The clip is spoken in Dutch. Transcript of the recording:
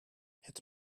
het